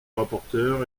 rapporteur